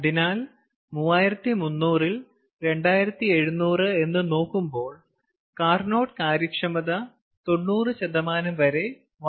അതിനാൽ 3300 ൽ 2700 എന്ന് നോക്കുമ്പോൾ കാർനോട്ട് കാര്യക്ഷമത 90 വരെ വളരെ ഉയർന്നതായിരിക്കും